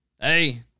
hey